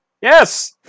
Yes